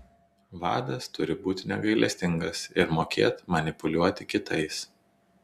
vadas turi būti negailestingas ir mokėt manipuliuoti kitais